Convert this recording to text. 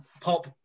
Pop